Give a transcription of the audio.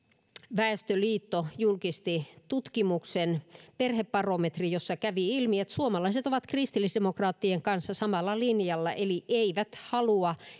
väestöliitto julkisti tutkimuksen perhebarometrin jossa kävi ilmi että suomalaiset ovat kristillisdemokraattien kanssa samalla linjalla eli eivät halua